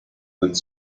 and